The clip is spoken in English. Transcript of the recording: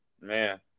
Man